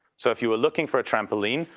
so if you were looking for a trampoline,